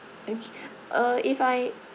okay uh if I